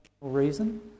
reason